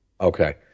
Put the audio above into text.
okay